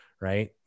Right